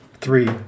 three